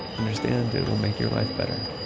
understand, it will make your life better.